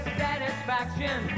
satisfaction